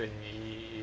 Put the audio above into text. then me